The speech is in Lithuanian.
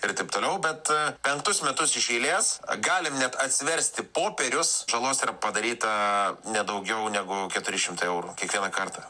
ir taip toliau bet penktus metus iš eilės galim net atsiversti popierius žalos yra padaryta ne daugiau negu keturi šimtai eurų kiekvieną kartą